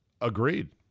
Agreed